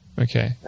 Okay